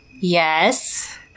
Yes